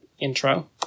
Intro